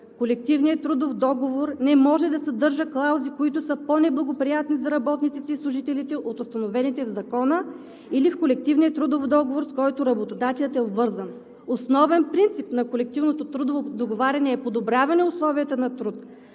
Колективният трудов договор не може да съдържа клаузи, които са по-неблагоприятни за работниците и служителите от установените в Закона, или в Колективния трудов договор, с който работодателят е обвързан. Основен принцип на колективното трудово договаряне е подобряване на условията на труд.